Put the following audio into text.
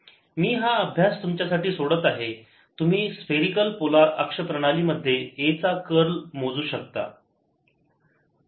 मी हा अभ्यास तुमच्यासाठी सोडत आहे तुम्ही स्फेरिकल पोलार अक्ष प्रणालीमध्ये A चा कर्ल मोजू शकता